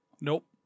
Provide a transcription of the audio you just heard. Nope